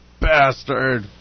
bastard